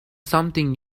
something